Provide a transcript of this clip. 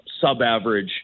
sub-average